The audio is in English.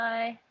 Bye